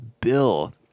Bill